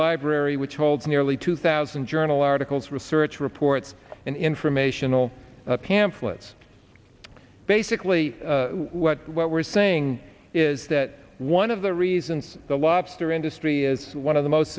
library which holds nearly two thousand journal articles research reports and informational pamphlets basically what we're saying is that one of the reasons the lobster industry is one of the most